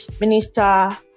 minister